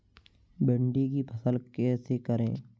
भिंडी की फसल कैसे करें?